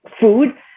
food